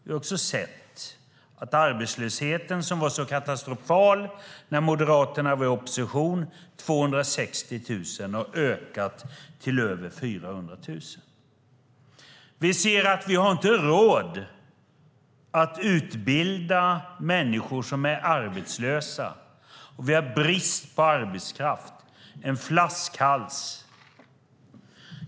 Vi har också sett att arbetslösheten, som Moderaterna sade var katastrofal när de var i opposition, har ökat från 260 000 till över 400 000. Vi ser att vi inte har råd att utbilda människor som är arbetslösa. Vi har brist på arbetskraft - det är en flaskhals.